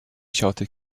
shouted